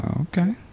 Okay